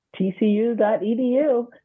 TCU.edu